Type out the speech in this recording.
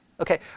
Okay